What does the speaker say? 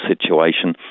situation